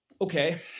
okay